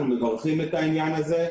אנחנו מברכים על זה,